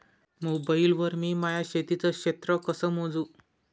Mobile वर मी माया शेतीचं क्षेत्र कस मोजू?